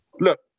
look